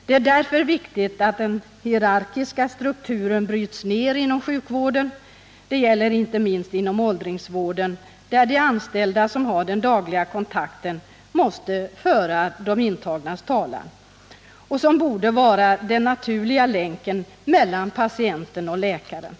Det är därför viktigt att den hierarkiska strukturen bryts ner inom sjukvården — det gäller inte minst inom åldringsvården, där de anställda som har den dagliga kontakten måste föra de intagnas talan. Detta borde vara den naturliga länken mellan patienten och läkaren.